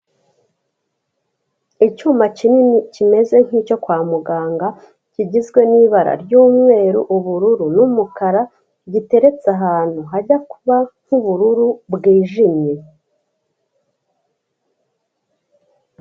Icyuma kinini kimeze nk'icyo kwa muganga; kigizwe n'ibara ry'umweru, ubururu n'umukara; giteretse ahantu hajya kuba nk'ubururu bwijimye.